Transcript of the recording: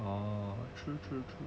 oh true true true